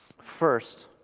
First